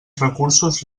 recursos